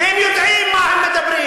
והם יודעים מה הם מדברים.